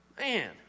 Man